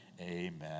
amen